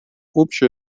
общая